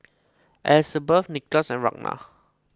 Elisabeth Nicolas and Ragna